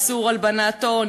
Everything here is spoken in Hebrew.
איסור הלבנת הון,